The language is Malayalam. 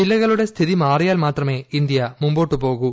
ജില്ലകളുടെ സ്ഥിതി മാറിയാൽ മാത്രമേ ഇന്ത്യ മുന്നോട്ട് പോകു